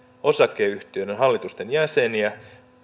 osakeyhtiöiden hallitusten jäseniä